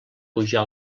pujar